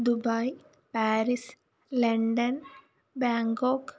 Dubai Paris London Bangkok